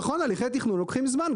נכון, הליכי תכנון לוקחים זמן.